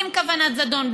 עם כוונת זדון,